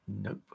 Nope